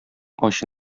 ачы